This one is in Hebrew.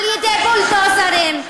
על-ידי בולדוזרים,